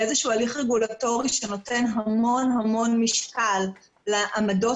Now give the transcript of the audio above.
זה איזשהו הליך רגולטורי שנותן המון משקל לעמדות